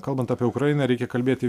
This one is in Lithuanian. kalbant apie ukrainą reikia kalbėti